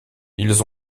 ils